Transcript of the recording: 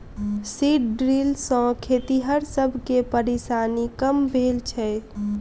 seed drill सॅ खेतिहर सब के परेशानी कम भेल छै